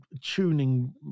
tuning